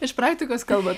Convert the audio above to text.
iš praktikos kalbat